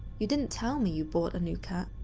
you didn't tell me you bought a new cat.